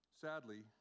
Sadly